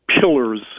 pillars